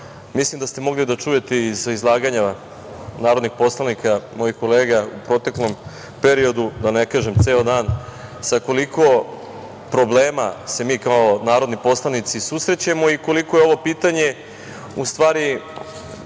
mislim da ste mogli da čujete iz izlaganja narodnih poslanika, mojih kolega u proteklom periodu, da ne kažem ceo dan, sa koliko problema se mi kao narodni poslanici susrećemo i koliko je ovo pitanje, u stvari